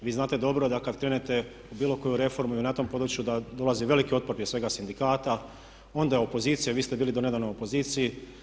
Vi znate dobro da kad krenete u bilo koju reformu i na tom području da dolazi velik otpor prije svega sindikata, onda opozicije, vi ste bili nedavno u opoziciji.